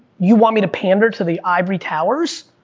you want me to pander to the ivory towers?